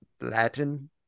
Latin